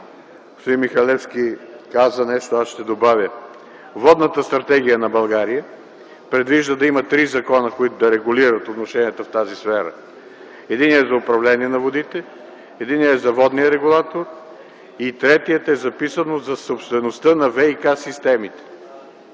господин Михалевски каза нещо, аз ще добавя. Водната стратегия на България предвижда да има три закона, които да регулират отношенията в тази сфера: единият е за управление на водите; единият е за водния регулатор и в третия е записано: „За собствеността на ВиК-системите”.